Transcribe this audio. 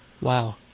Wow